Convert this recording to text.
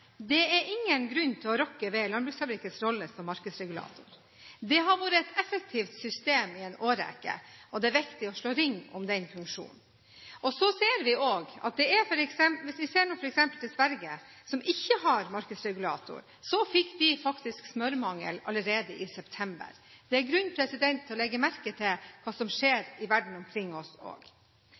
det er ingen grunn til å rokke ved landbrukssamvirkets rolle som markedsregulator. Det har vært et effektivt system i en årrekke, og det er viktig å slå ring om den funksjonen. Hvis vi ser f.eks. til Sverige, som ikke har markedsregulator, fikk de faktisk smørmangel allerede i september. Det er grunn til å legge merke til hva som skjer i verden omkring oss